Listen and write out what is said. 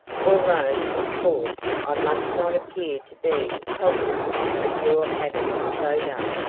although, of course, i must not appear to be cognizant of your having so done.